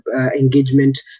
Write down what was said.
engagement